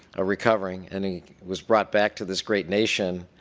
recovering and he was brought back to this great nation